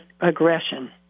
aggression